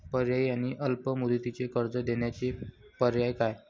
पर्यायी आणि अल्प मुदतीचे कर्ज देण्याचे पर्याय काय?